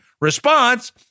Response